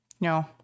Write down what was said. no